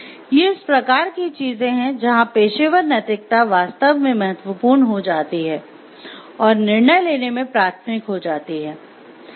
ये इस प्रकार की चीजें हैं जहां पेशेवर नैतिकता वास्तव में महत्वपूर्ण हो जाती है और निर्णय लेने में प्राथमिक हो जाती है